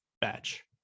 batch